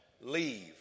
leave